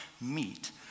meet